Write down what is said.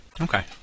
Okay